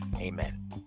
Amen